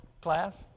class